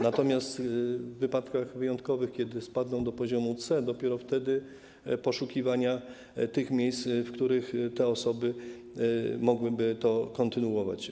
Natomiast w wypadkach wyjątkowych, kiedy spadną do poziomu C, następowałoby, dopiero wtedy, poszukiwanie tych miejsc, w których te osoby mogłyby to kontynuować.